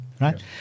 right